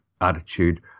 attitude